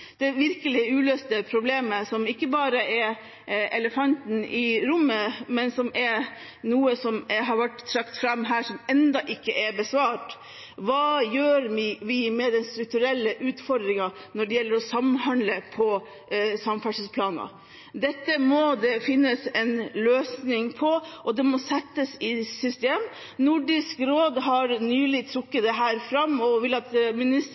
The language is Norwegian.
elefanten i rommet, men som har vært trukket fram her, og som ennå ikke er besvart: Hva gjør vi med den strukturelle utfordringen når det gjelder å samhandle om samferdselsplaner? Dette må det finnes en løsning på, og det må settes i system. Nordisk råd har nylig trukket dette fram og vil at